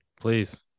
please